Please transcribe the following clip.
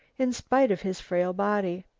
in spite of his frail body.